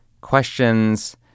questions